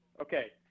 okay